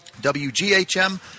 WGHM